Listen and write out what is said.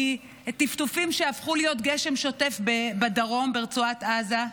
מטפטופים שהפכו להיות גשם שוטף בדרום, ברצועת עזה,